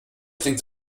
trinkt